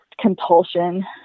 compulsion